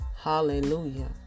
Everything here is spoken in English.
Hallelujah